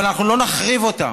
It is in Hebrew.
אבל אנחנו לא נחריב אותם.